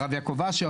הרב יעקב אשר,